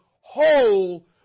whole